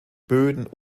böden